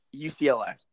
UCLA